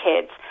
kids